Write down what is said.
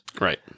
Right